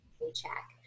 paycheck